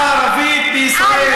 האוכלוסייה הערבית בישראל,